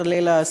חלילה,